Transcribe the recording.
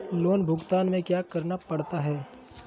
loan भुगतान में क्या क्या करना पड़ता है